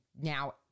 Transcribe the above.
now